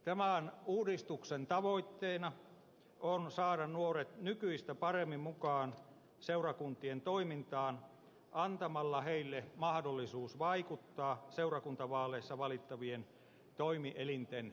tämän uudistuksen tavoitteena on saada nuoret nykyistä paremmin mukaan seurakuntien toimintaan antamalla heille mahdollisuus vaikuttaa seurakuntavaaleissa valittavien toimielinten kokoonpanoon